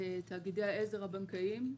תאגידי העזר הבנקאיים.